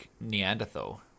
Neanderthal